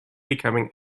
becoming